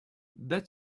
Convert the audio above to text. that